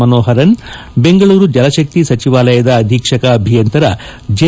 ಮನೋಪರನ್ ಬೆಂಗಳೂರು ಜಲಶಕ್ತಿ ಸಚಿವಾಲಯದ ಅಧೀಕ್ಷಕ ಅಭಿಯಂತರ ಜೆ